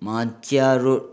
Martia Road